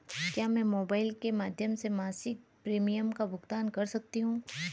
क्या मैं मोबाइल के माध्यम से मासिक प्रिमियम का भुगतान कर सकती हूँ?